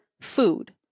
food